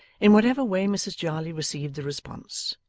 in whatever way mrs jarley received the response,